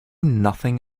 nothing